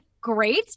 great